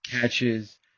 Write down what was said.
catches